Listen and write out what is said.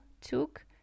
took